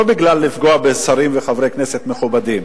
לא כדי לפגוע בשרים וחברי כנסת מכובדים,